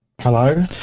Hello